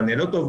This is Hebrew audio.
מענה לא טוב,